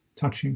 touching